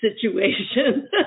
situation